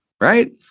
right